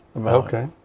Okay